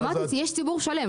אמרתי, יש ציבור שלם.